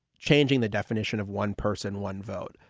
changing the definition of one person, one vote.